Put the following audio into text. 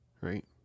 right